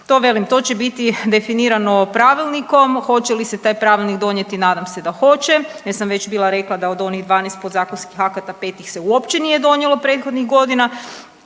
to će biti definirano pravilnikom. Hoće li se taj pravilnik donijeti? Nadam se da hoće jer sam već bila rekla da od onih 12 pozakonskih akata pet ih se uopće nije donijelo prethodnih godina.